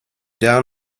down